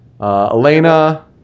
Elena